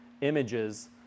images